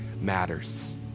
matters